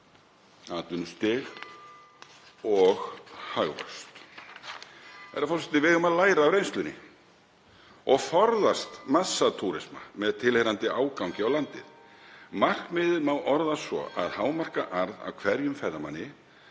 atvinnustig og hagvöxt. Herra forseti. Við eigum að læra af reynslunni og forðast massatúrisma með tilheyrandi ágangi á landið. Markmiðið má orða svo að hámarka arð af hverjum ferðamanni